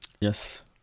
yes